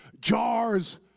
jars